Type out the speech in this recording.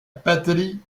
patrie